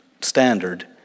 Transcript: standard